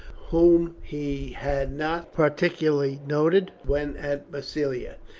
whom he had not particularly noticed when at massilia.